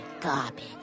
garbage